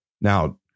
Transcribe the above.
Now